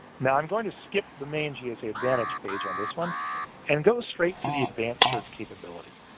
now i'm going to skip the main gsa advantage page on this one and go straight to the advanced search capability.